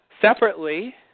separately